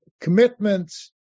commitments